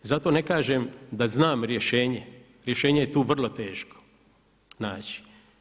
Zato ne kažem da znam rješenje, rješenje je tu vrlo teško naći.